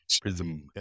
prism